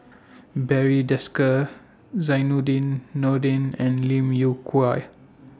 Barry Desker Zainudin Nordin and Lim Yew Kuan